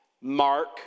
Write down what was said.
mark